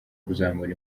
kuzamura